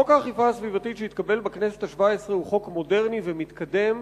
חוק האכיפה הסביבתית שהתקבל בכנסת השבע-עשרה הוא חוק מודרני ומתקדם,